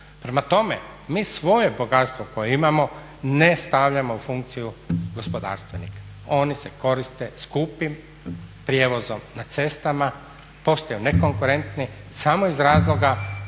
Prema tome, mi svoje bogatstvo koje imamo ne stavljamo u funkciju gospodarstvenika. Oni se koriste skupim prijevozom na cestama, postaju nekonkurentni samo iz razloga